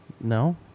No